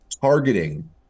targeting